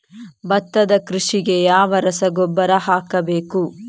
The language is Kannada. ಭತ್ತದ ಕೃಷಿಗೆ ಯಾವ ರಸಗೊಬ್ಬರ ಹಾಕಬೇಕು?